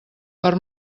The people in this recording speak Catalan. per